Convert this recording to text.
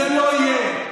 זה לא יהיה.